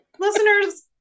listeners